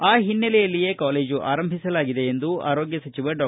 ಆ ಹಿನ್ನೆಲೆಯಲ್ಲಿಯೇ ಕಾಲೇಜು ಆರಂಬಿಸಲಾಗಿದೆ ಎಂದು ಆರೋಗ್ಗ ಸಚಿವ ಡಾ